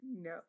No